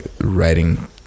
writing